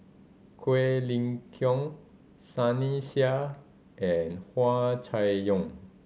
Quek Ling Kiong Sunny Sia and Hua Chai Yong